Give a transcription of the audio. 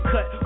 Cut